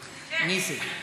נסים.